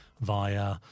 via